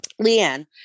Leanne